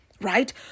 right